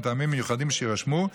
מטעמים מיוחדים שיירשמו,